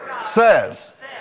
says